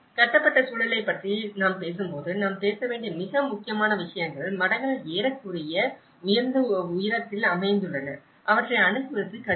கட்டப்பட்ட சூழலைப் பற்றி நாம் பேசும்போது நாம் பேச வேண்டிய மிக முக்கியமான விஷயங்கள் மடங்கள் ஏறக்குறைய உயர்ந்த உயரத்தில் அமைந்துள்ளன அவற்றை அணுகுவது கடினம்